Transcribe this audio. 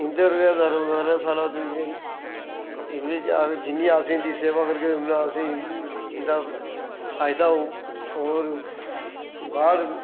इं'दे पर गै दारो मदार ऐ साढ़ा ते एह्दे च जिन्नी इं'दी अस सेवा करगे ते उन्ना गै असेंगी इं'दा फायद होग होर बाह्र